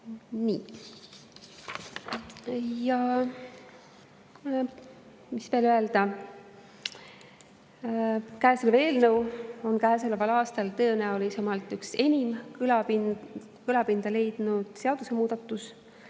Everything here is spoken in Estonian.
ja mida veel öelda? See eelnõu on käesoleval aastal tõenäoliselt üks enim kõlapinda leidnud seadusemuudatusi,